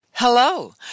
Hello